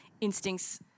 instincts